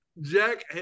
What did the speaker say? Jack